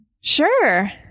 Sure